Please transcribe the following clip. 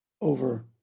over